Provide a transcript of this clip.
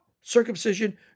circumcision